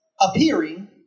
appearing